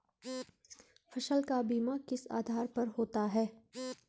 फसल का बीमा किस आधार पर होता है?